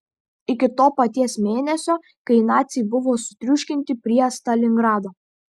iki to paties mėnesio kai naciai buvo sutriuškinti prie stalingrado